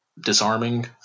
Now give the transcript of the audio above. disarming